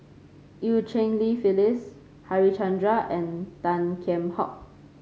Eu Cheng Li Phyllis Harichandra and Tan Kheam Hock